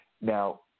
now